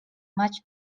much